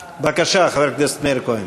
בבקשה, חבר הכנסת מאיר כהן.